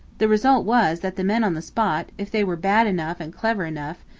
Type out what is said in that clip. the result was that the men on the spot, if they were bad enough and clever enough,